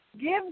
Give